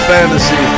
Fantasy